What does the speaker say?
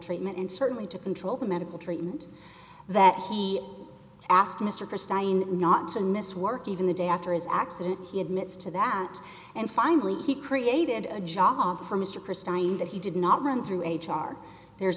treatment and certainly to control the medical treatment that he asked mr stein not to miss work even the day after his accident he admits to that and finally he created a job for mr christie mind that he did not run through h r there's